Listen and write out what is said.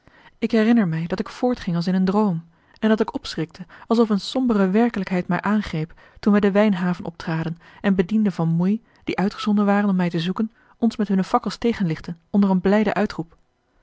ik herinner mij dat ik voortging als in een droom en dat ik opschrikte alsof eene sombere werkelijkheid mij aangreep toen wij de wijnhaven optraden en bedienden van moei die uitgezonden waren om mij te zoeken ons met hunne fakkels tegenlichten onder een blijden uitroep